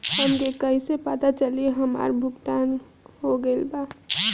हमके कईसे पता चली हमार भुगतान हो गईल बा?